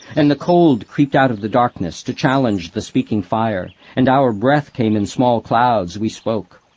and the cold creeped out of the darkness to challenge the speaking fire, and our breath came in small clouds, we spoke.